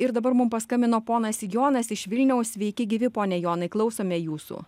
ir dabar mum paskambino ponas jonas iš vilniaus sveiki gyvi pone jonai klausome jūsų